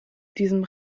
diesem